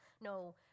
No